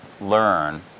learn